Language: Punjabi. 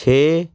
ਛੇ